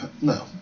No